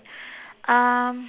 um